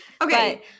Okay